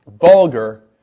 Vulgar